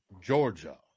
Georgia